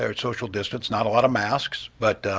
ah social distance, not a lot of masks, but